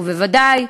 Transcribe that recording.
ובוודאי,